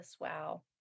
wow